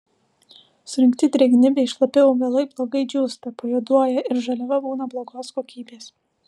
surinkti drėgni bei šlapi augalai blogai džiūsta pajuoduoja ir žaliava būna blogos kokybės